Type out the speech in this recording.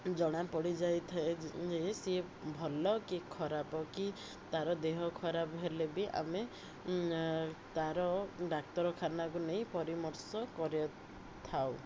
ଜଣାପଡ଼ିଯାଇଥାଏ ସିଏ ଭଲ କି ଖରାପ କି ତା'ର ଦେହ ଖରାପ ହେଲେ ବି ଆମେ ତା'ର ଡାକ୍ତରଖାନାକୁ ନେଇ ପରାମର୍ଶ କରି ଥାଉ